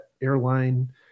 airline